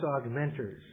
augmenters